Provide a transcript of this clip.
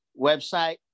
website